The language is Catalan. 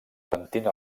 pentina